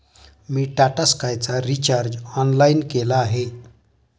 मी टाटा स्कायचा recharge online केला आहे